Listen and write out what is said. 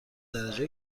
درجه